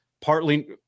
Partly